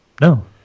No